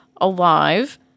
alive